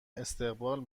استقبال